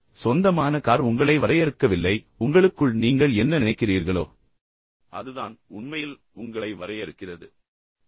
எனவே உங்களுக்குச் சொந்தமான கார் உங்களை வரையறுக்கவில்லை ஆனால் உங்களுக்குள் நீங்கள் என்ன நினைக்கிறீர்களோ அதுதான் உண்மையில் உங்களை வரையறுக்கிறது மற்றும் வகைப்படுத்துகிறது